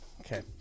okay